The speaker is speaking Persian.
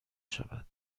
شود